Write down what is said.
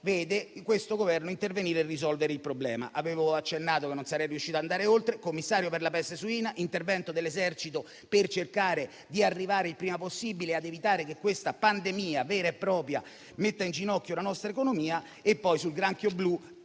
oggi questo Governo interviene per risolvere il problema. Avevo accennato che non sarei riuscito a andare oltre. Ricordo ancora il commissario per la peste suina e l'intervento dell'Esercito per cercare di arrivare il prima possibile ed evitare che questa pandemia vera e propria mettesse in ginocchio la nostra economia. Per quanto